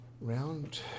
round